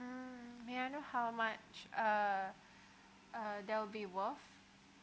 mm may I know how much uh uh they will be worth